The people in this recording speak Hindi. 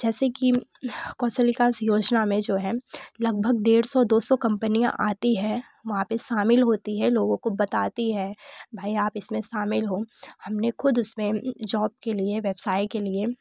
जैसे कि कौशल विकास योजना में जो है लगभग डेढ़ सौ दो सौ कंपनियाँ आती है वहाँ पर शामिल होती है लोगों को बताती है भाई आप इसमें शामिल हो हमने खुद उसमें जॉब के लिए व्यवसाय के लिए